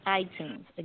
iTunes